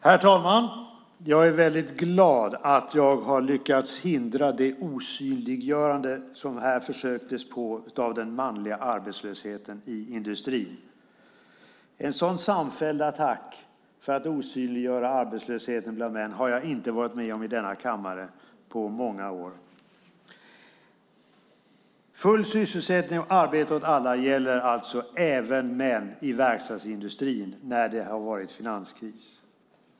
Herr talman! Jag är glad att jag har lyckats hindra det osynliggörande som man här försökte sig på vad gäller den manliga arbetslösheten i industrin. En sådan samfälld attack för att osynliggöra arbetslösheten bland män har jag inte varit med om i denna kammare på många år. Full sysselsättning och arbete åt alla gäller alltså även män i verkstadsindustrin när det varit finanskris.